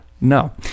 No